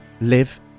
live